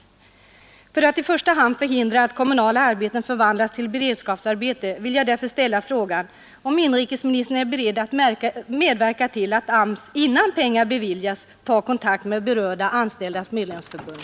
I första hand bör det förhindras att kommunala arbeten förvandlas till beredskapsarbeten, och jag vill därför ställa frågan, om inrikesministern är beredd medverka till att AMS innan pengar beviljas tar kontakt med berörda anställdas medlemsförbund.